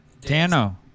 Dano